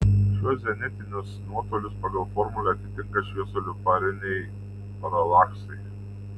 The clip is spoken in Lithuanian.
šiuos zenitinius nuotolius pagal formulę atitinka šviesulio pariniai paralaksai